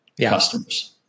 customers